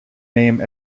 name